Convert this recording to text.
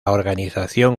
organización